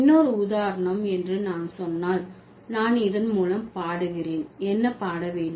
இன்னொரு உதாரணம் என்று நான் சொன்னால் நான் இதன் மூலம் பாடுகிறேன் என்ன பாட வேண்டும்